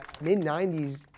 Mid-90s